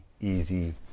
easy